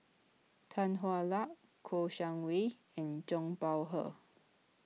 Tan Hwa Luck Kouo Shang Wei and Zhang Bohe